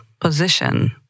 position